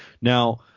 Now